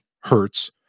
hertz